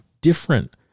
different